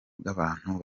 bw’abantu